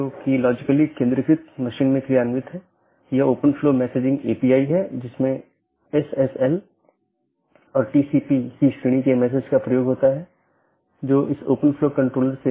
अंत में ऐसा करने के लिए आप देखते हैं कि यह केवल बाहरी नहीं है तो यह एक बार जब यह प्रवेश करता है तो यह नेटवर्क के साथ घूमता है और कुछ अन्य राउटरों पर जाता है